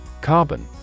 Carbon